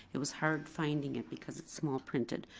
it was hard finding it because it's small printed.